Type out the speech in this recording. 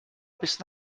bis